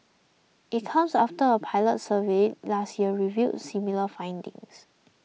it comes after a pilot survey last year revealed similar findings